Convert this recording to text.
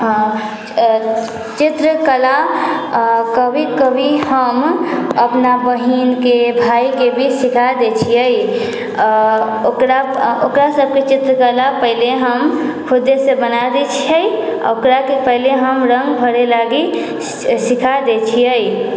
चित्रकला कभी कभी हम अपना बहिनके भायके भी सिखा दै छियै ओकरा ओकरा सभके चित्रकला पहले हम खुदेसँ बना दै छियै ओकराके पहले हम रङ्ग भरय लागि सिखाइ दै छियै